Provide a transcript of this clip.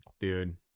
dude